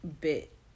bit